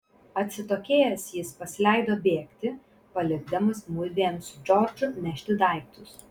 atsitokėjęs jis pasileido bėgti palikdamas mudviem su džordžu nešti daiktus